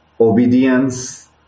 obedience